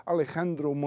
Alejandro